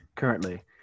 currently